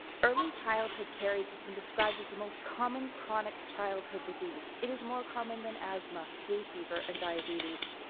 early childhood carries has been described as the most common chronic childhood disease. it is more common that asthma, hay fever and diabetes.